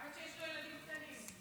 האמת שיש לו ילדים קטנים.